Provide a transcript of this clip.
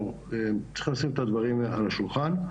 צריכים לשים את הדברים על השולחן,